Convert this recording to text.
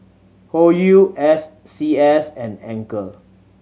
Hoyu S C S and Anchor